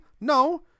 No